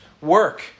work